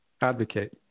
advocate